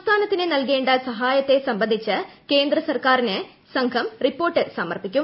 സംസ്ഥാനത്തിന് നൽകേണ്ട സഹായത്തെ ് സംബന്ധിച്ച് കേന്ദ്ര സർക്കാരിന് സംഘം റിപ്പോർട്ട് സമർപ്പിക്കും